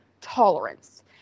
tolerance